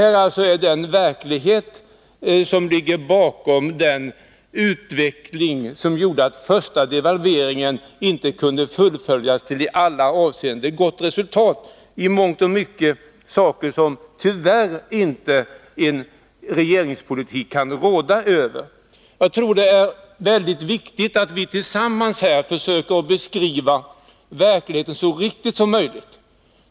Detta är alltså den verklighet som ligger bakom den utveckling som gjorde att den första devalveringen inte kunde fullföljas till ett i alla avseenden gott resultat. Det är i mångt och mycket saker som en regeringspolitik tyvärr inte kan råda över. Jag tror att det är väldigt viktigt att vi tillsammans försöker beskriva verkligheten så riktigt som möjligt.